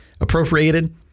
appropriated